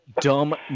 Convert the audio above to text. dumb